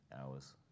hours